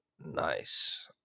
Nice